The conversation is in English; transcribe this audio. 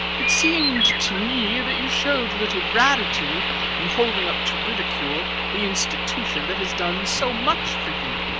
it seemed to me that you showed little gratitude in holding up to ridicule the institution that has done so much for you.